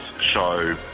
show